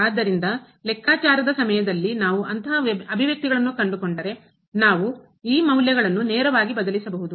ಆದ್ದರಿಂದ ಲೆಕ್ಕಾಚಾರದ ಸಮಯದಲ್ಲಿ ನಾವು ಅಂತಹ ಅಭಿವ್ಯಕ್ತಿಗಳನ್ನು ಕಂಡುಕೊಂಡರೆ ನಾವು ಈ ಮೌಲ್ಯಗಳನ್ನು ನೇರವಾಗಿ ಬದಲಿಸಬಹುದು